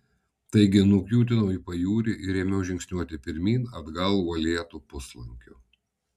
taigi nukiūtinau į pajūrį ir ėmiau žingsniuoti pirmyn atgal uolėtu puslankiu